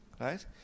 Right